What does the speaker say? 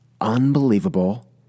unbelievable